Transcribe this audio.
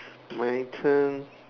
my turn